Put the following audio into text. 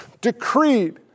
decreed